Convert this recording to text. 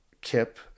kip